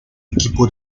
equipo